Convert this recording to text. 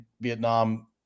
Vietnam